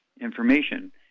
information